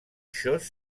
chose